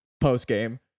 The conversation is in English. post-game